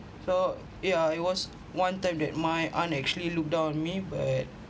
so yeah it was one time that my aunt actually look down on me but